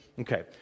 okay